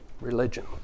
religion